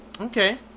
okay